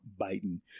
Biden